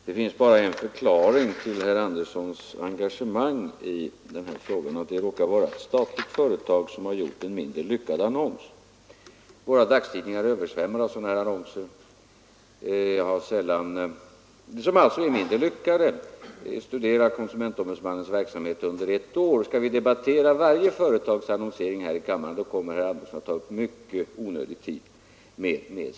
Herr talman! Det finns bara en förklaring till herr Anderssons i Ljung resonemang i den här frågan, nämligen att det här råkar vara ett statligt företag som har gjort en mindre lyckad annons. Våra dagstidningar är översvämmade av mindre lyckade annonser. Studera konsumentombudsmannens verksamhet under ett år! Skall vi här i kammaren debattera varje företags annonsering, kommer herr Andersson att ta upp mycket tid i onödan med sådana debatter.